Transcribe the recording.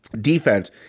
Defense